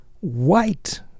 white